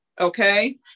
Okay